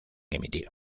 emitir